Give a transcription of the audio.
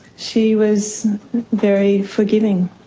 she was very forgiving.